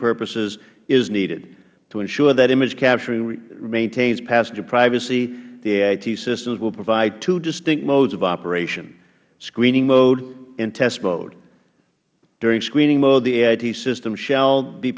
purposes is needed to ensure that image capturing maintains passenger privacy the ait systems will provide two distinct modes of operation screening mode and test mode during screening mode the ait system shall be